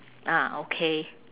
ah okay